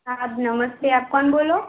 નમસ્તે આપ કોણ બોલો